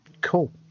Cool